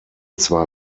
zwar